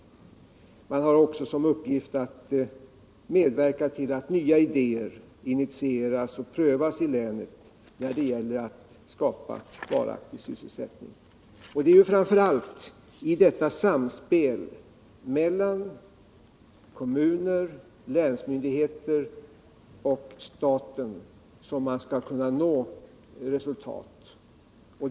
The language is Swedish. Delegationen har också som uppgift att medverka till att nya idéer initieras och prövas i länet när det gäller att skapa varaktig sysselsättning. Det är framför allt i detta samspel mellan kommuner, länsmyndigheter och staten som man skall kunna nå resultat.